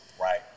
right